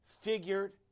figured